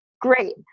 Great